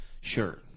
Sure